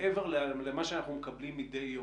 מעבר למה שאנחנו מקבלים מדי יום,